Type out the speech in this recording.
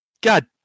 God